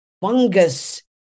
Fungus